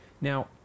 Now